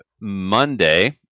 Monday